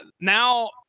now